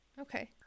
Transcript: okay